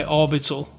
orbital